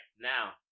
Now